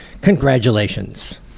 Congratulations